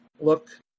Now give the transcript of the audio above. look